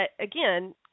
again